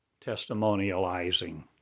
testimonializing